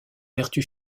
vertus